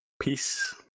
Peace